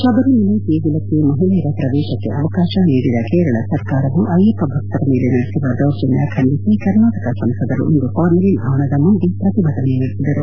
ಶಬರಿಮಲೈ ದೇಗುಲಕ್ಕೆ ಮಹಿಳೆಯರ ಪ್ರವೇಶಕ್ಕೆ ಅವಕಾಶ ನೀಡಿದ ಕೇರಳ ಸರ್ಕಾರವು ಅಯ್ಯಪ್ಪ ಭಕ್ತರ ಮೇಲೆ ನಡೆಸಿರುವ ದೌರ್ಜನ್ಯ ಖಂಡಿಸಿ ಕರ್ನಾಟಕದ ಸಂಸದರು ಇಂದು ಪಾರ್ಲಿಮೆಂಟ್ ಭವನದ ಮುಂದೆ ಪ್ರತಿಭಟನೆ ನಡೆಸಿದರು